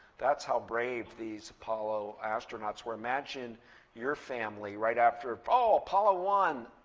that's how brave these apollo astronauts were. imagine your family right after, oh, apollo one,